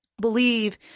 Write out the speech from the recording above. believe